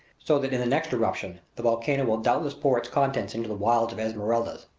so that in the next eruption the volcano will doubtless pour its contents into the wilds of esmeraldas.